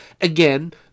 Again